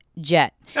Jet